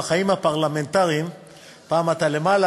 בחיים הפרלמנטריים פעם אתה למעלה,